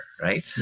right